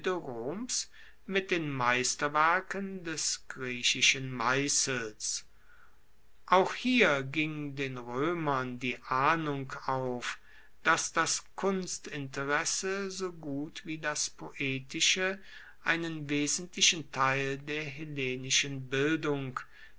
mit den meisterwerken des griechischen meissels auch hier ging den roemern die ahnung auf dass das kunstinteresse so gut wie das poetische einen wesentlichen teil der hellenischen bildung